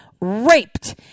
raped